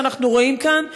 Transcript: מה שאנחנו רואים כאן,